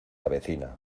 avecina